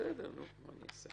בסדר, מה אעשה.